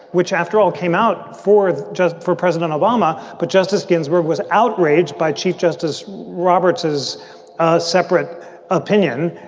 which after all came out for just for president obama. but justice ginsburg was outraged by chief justice roberts as a separate opinion,